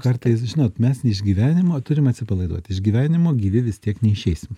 kartais žinot mes ne iš gyvenimo turim atsipalaiduot iš gyvenimo gyvi vis tiek neišeisim